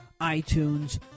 iTunes